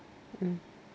mm